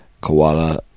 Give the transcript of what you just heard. Koala